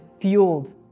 fueled